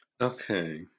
Okay